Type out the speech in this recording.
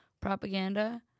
propaganda